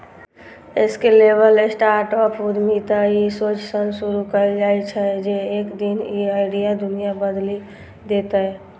scalable startup उद्यमिता ई सोचसं शुरू कैल जाइ छै, जे एक दिन ई आइडिया दुनिया बदलि देतै